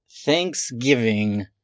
Thanksgiving